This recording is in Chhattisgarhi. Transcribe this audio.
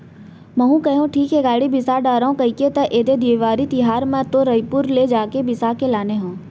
महूँ कहेव ठीक हे गाड़ी बिसा डारव कहिके त ऐदे देवारी तिहर म तो रइपुर ले जाके बिसा के लाने हन